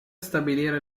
stabilire